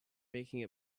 making